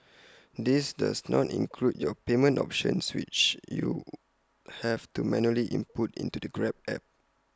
this does not include your payment options which you have to manually input into the grab app